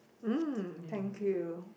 mm thank you